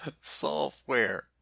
software